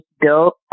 built